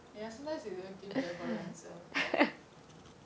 ya sometimes you you will give very boring answer